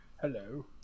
Hello